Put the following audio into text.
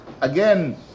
Again